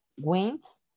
wins